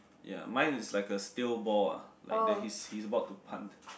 ya mine is like a still ball ah like that he's he's about to punt